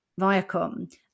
Viacom